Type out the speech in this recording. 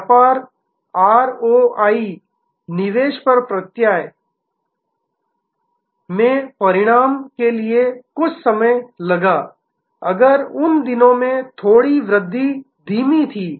व्यापार आरओआई निवेश पर प्रत्यय return on investment में परिणाम के लिए कुछ समय लगा अगर उन दिनों में वृद्धि थोड़ी धीमी थी